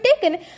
taken